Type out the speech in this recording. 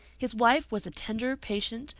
his wife was a tender, patient,